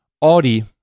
Audi